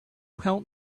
help